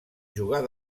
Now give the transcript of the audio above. jugar